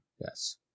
Yes